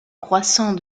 croissant